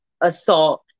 assault